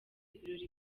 ibirori